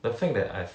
the fact that I've